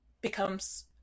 becomes